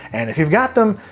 and if you've got them,